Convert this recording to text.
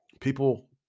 People